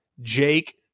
Jake